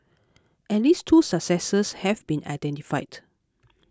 at least two successors have been identified